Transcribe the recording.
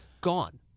Gone